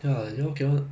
ya but